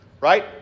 Right